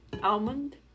almond